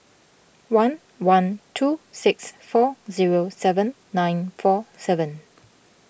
one one two six four zero seven nine four seven